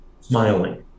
smiling